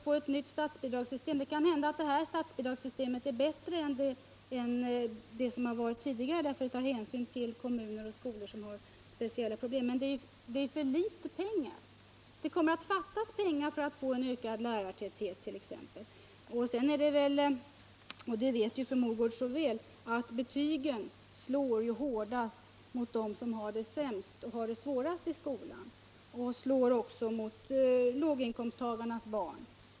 Det kan hända att det nya statsbidragssystemet är bättre än det som funnits tidigare därför att hänsyn nu tas till kommuner och skolor som har speciella problem, men det är för litet pengar som står till förfogande. Det kommer inte att finnas tillräckligt med pengar för att få t.ex. en ökad lärartäthet. Sedan vet ju fru Mogård så väl att betygen slår hårdast mot dem som har det svårast i skolan. De slår också mot låginkomsttagarnas barn.